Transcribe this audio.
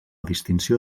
distinció